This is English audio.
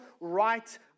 right